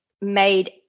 made